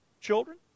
children